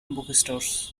bookstores